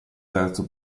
terzo